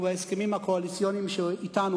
בהסכמים הקואליציוניים אתנו,